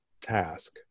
task